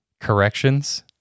corrections